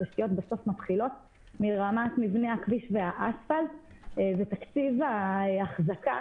התשתיות בסוף מתחילות מרמת מבנה הכביש והאספלט ותקציב האחזקה